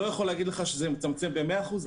אני לא יכול להגיד לך שזה מצמצם במאה אחוז,